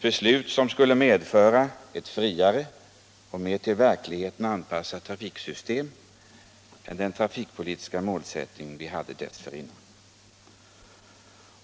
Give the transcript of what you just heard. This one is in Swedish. Beslutet skulle medföra ett friare och mer till verkligheten anpassat trafiksystem än vi hade fått med den tidigare förda trafikpolitiken.